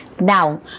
Now